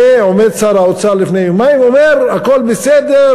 ועומד שר האוצר לפני יומיים ואומר: הכול בסדר,